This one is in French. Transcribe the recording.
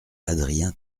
adrien